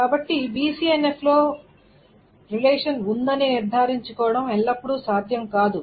కాబట్టి బిసిఎన్ఎఫ్లో సంబంధం ఉందని నిర్ధారించుకోవడం ఎల్లప్పుడూ సాధ్యం కాదు